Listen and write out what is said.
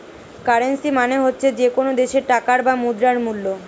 currency মানে হচ্ছে যে কোনো দেশের টাকার বা মুদ্রার মূল্য